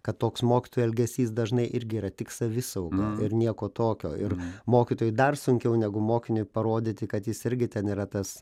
kad toks mokytojų elgesys dažnai irgi yra tik savisauga ir nieko tokio ir mokytojui dar sunkiau negu mokiniui parodyti kad jis irgi ten yra tas